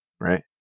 right